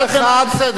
אני אפרט אחד-אחד,